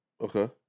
okay